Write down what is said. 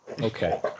Okay